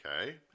Okay